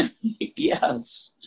Yes